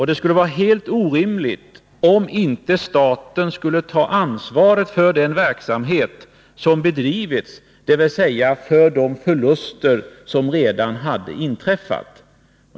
Det skulle vara helt orimligt om inte staten skulle ta ansvaret för den verksamhet som bedrivits, dvs. för de förluster som redan hade inträffat.